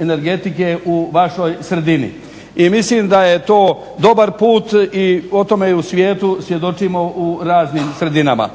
energetike u vašoj sredini. I mislim da je to dobar put i o tome i u svijetu svjedočimo u raznim sredinama.